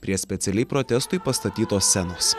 prie specialiai protestui pastatytos scenos